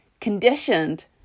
conditioned